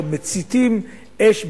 או מציתים אש,